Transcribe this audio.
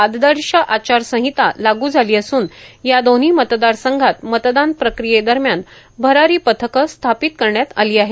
आदर्श आचार संहिता लागू झाली असून या दोन्ही मतदार संघात मतदान प्रक्रिये दरम्यान भरारी पथक स्थापित करण्यात आले आहे